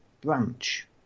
branch